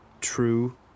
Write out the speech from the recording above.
true